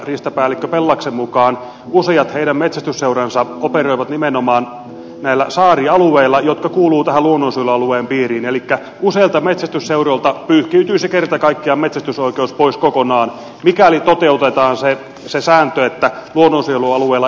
riistapäällikkö pellaksen mukaan useat heidän metsästysseuransa operoivat nimenomaan näillä saarialueilla jotka kuuluvat tämän luonnonsuojelualueen piiriin elikkä useilta metsästysseuroilta pyyhkiytyisi kerta kaikkiaan metsästysoikeus pois kokonaan mikäli toteutetaan se sääntö että luonnonsuojelualueella ei saa metsästää